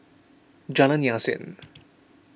Jalan Yasin